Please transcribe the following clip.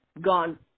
gone